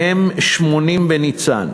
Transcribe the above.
מהם 80 בניצן.